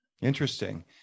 interesting